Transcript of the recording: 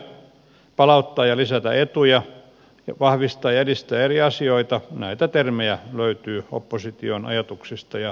palauttaa ja lisätä etuja vahvistaa ja edistää eri asioita näitä termejä löytyy opposition ajatuksista ja ehdotuksista